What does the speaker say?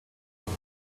with